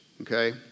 okay